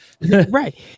right